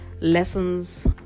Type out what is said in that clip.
lessons